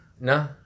No